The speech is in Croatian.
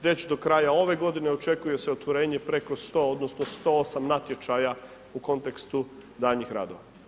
Već do kraja ove g. očekuje se otvorenje preko 100 odnosno, 108 natječaja u kontekstu danjih radova.